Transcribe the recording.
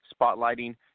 spotlighting